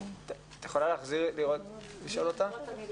את יכולה לשאול אותה?